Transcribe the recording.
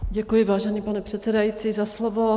Děkuji, vážený pane předsedající za slovo.